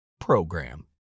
PROGRAM